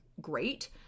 great